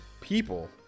People